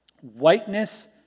Whiteness